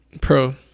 Pro